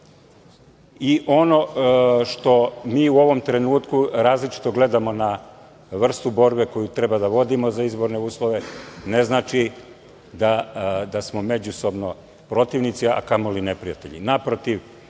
Ono što mi u ovom trenutku različito gledamo na vrstu borbe koju treba da vodimo za izborne uslove ne znači da smo međusobno protivnici, a kamoli neprijatelji. Naprotiv,